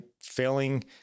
failing